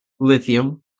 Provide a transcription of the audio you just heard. Lithium